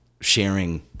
sharing